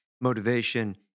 Motivation